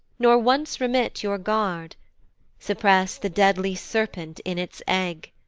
nor once remit your guard suppress the deadly serpent in its egg.